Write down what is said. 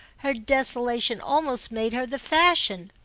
her desolation almost made her the fashion.